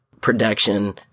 production